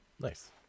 nice